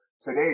today